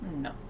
No